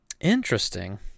interesting